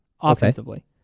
offensively